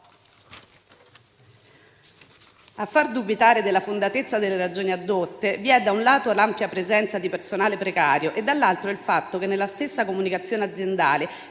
a far dubitare della fondatezza delle ragioni addotte vi è da un lato l'ampia presenza di personale precario e dall'altro il fatto che nella stessa comunicazione aziendale